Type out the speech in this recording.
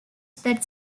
that